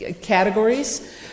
categories